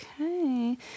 Okay